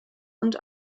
und